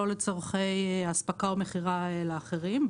לא לצורכי אספקה או מכירה לאחרים.